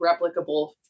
replicable